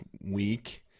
week